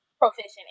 proficient